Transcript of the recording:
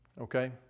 Okay